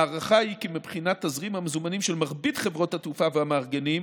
ההערכה היא כי מבחינת תזרים המזומנים של מרבית חברות התעופה והמארגנים,